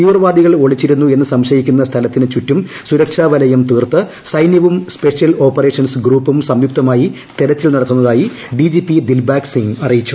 തീവ്രവാദികൾ ഒളിച്ചിരുന്നു എന്ന് സംശയിക്കുന്ന സ്ഥലത്തിനു ചുറ്റും സുരക്ഷാവലയം തീർത്ത് സൈന്യവും സ്പെഷ്യൽ ഓപ്പറേഷൻസ് ഗ്രൂപ്പും സംയുക്തമായി തിരച്ചിൽ നടത്തുന്നതായി D G P Dilbagh Singh അറിയിച്ചു